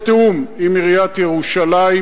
בתיאום עם עיריית ירושלים,